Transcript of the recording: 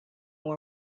more